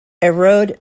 erode